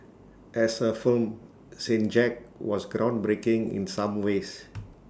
as A film saint Jack was groundbreaking in some ways